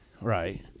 right